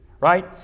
right